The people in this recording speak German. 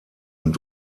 und